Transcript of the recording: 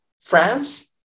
France